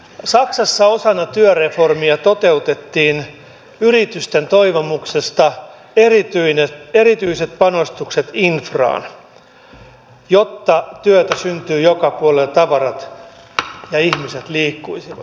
saksassa osana työreformia toteutettiin yritysten toivomuksesta erityiset panostukset infraan jotta työtä syntyisi joka puolella ja tavarat ja ihmiset liikkuisivat